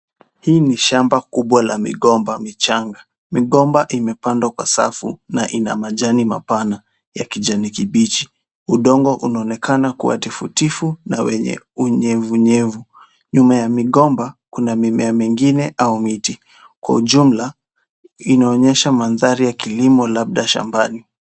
Hii ni shamba kubwa la migomba michanga. Migomba imepandwa kwa safu na ina majani mapana ya kijani kibichi. Udongo unaonekana kuwa tifu tifu na wenye unyevunyevu. Nyuma ya mgomba, kuna mimea mingine au miti. Kwa ujumla inaonyesha mandhari ya kilimo labda shambani.